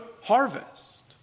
harvest